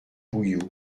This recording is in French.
bouillot